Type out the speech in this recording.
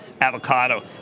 avocado